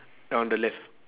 on the left